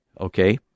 okay